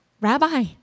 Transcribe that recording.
Rabbi